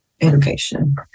education